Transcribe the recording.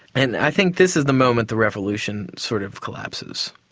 and i think this is the moment the revolution sort of collapses.